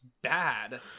bad